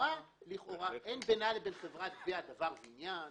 לכאורה אין בינה לבין חברת גבייה דבר ועניין.